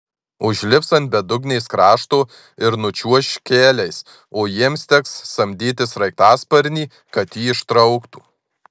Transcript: užlips ant bedugnės krašto ir nučiuoš keliais o jiems teks samdyti sraigtasparnį kad jį ištrauktų